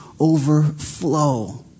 overflow